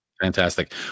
Fantastic